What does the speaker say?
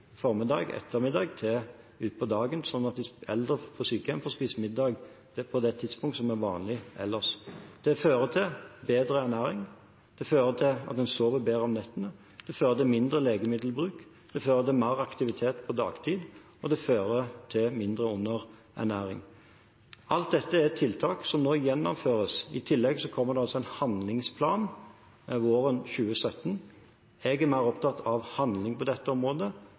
til utpå dagen, slik at eldre på sykehjem får spist middag på det tidspunktet som ellers er vanlig. Det fører til bedre ernæring, det fører til at en sover bedre om nettene, det fører til mindre legemiddelbruk, det fører til mer aktivitet på dagtid, og det fører til mindre underernæring. Alt dette er tiltak som nå gjennomføres. I tillegg kommer det en handlingsplan våren 2017. Jeg er mer opptatt av handling på dette området